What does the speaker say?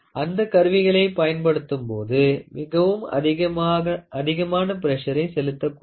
இந்த கருவிகளைப் பயன்படுத்தும் போது மிகவும் அதிகமான பிரஷரை செலுத்தக் கூடாது